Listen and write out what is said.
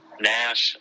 nash